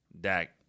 Dak